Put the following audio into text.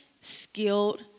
skilled